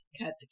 cut